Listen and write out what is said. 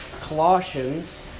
Colossians